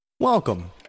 Welcome